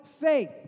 faith